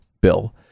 bill